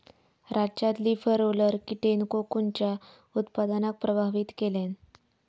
राज्यात leaf roller कीटेन कोकूनच्या उत्पादनाक प्रभावित केल्यान